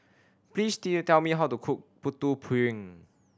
please tell me how to cook Putu Piring